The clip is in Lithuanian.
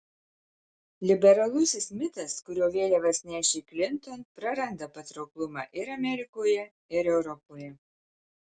liberalusis mitas kurio vėliavas nešė klinton praranda patrauklumą ir amerikoje ir europoje